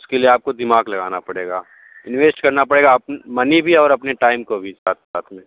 उसके लिए आपको दिमाग लगाना पड़ेगा इन्वेस्ट करना पड़ेगा मनी भी और अपने टाइम को भी साथ साथ में